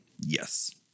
Yes